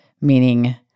meaning